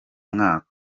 mwaka